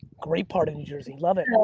great part of new jersey, love it.